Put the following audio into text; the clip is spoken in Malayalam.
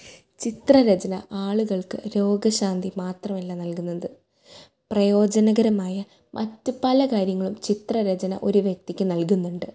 ചിത്രരചന ആളുകൾക്ക് രോഗശാന്തി മാത്രമല്ല നൾകുന്നത് പ്രയോജനകരമായ മറ്റ് പല കാര്യങ്ങളും ചിത്രരചന ഒരു വ്യക്തിക്ക് നൽകുന്നുണ്ട്